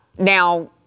Now